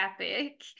epic